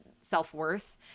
self-worth